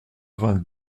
vingt